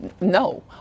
No